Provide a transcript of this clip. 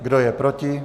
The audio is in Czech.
Kdo je proti?